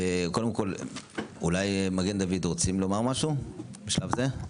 קודם כל אולי מגן דוד רוצים לומר משהו בשלב זה?